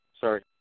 Sorry